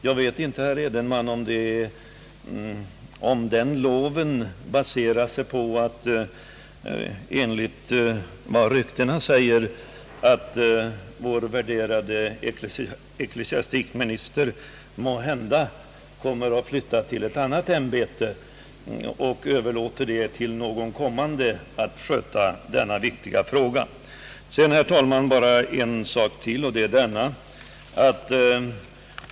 Jag vet inte, herr Edenman, om detta uttalande får ses mot bakgrunden av att vår värderade = ecklesiastikminister enligt vad ryktena säger måhända kommer att flytta till ett annat ämbete och då kommer att överlåta till sin efterträdare att sköta denna viktiga fråga. Sedan, herr talman, bara en sak till.